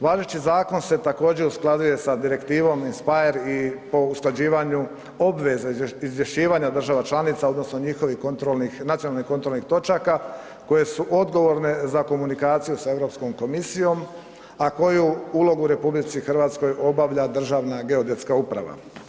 Važeći zakon se također usklađuje sa Direktivom INSPIRE i po usklađivanju obveza izvješćivanja država članica odnosno njihovih kontrolnih, nacionalnih kontrolnih točaka koje su odgovorne za komunikaciju sa Europskom komisijom, a koji ulogu u RH obavlja Državna geodetska uprava.